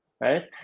right